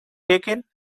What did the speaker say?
taken